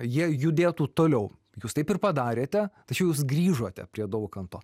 jie judėtų toliau jūs taip ir padarėte tačiau jūs grįžote prie daukanto